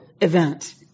event